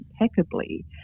impeccably